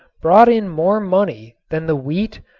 brought in more money than the wheat,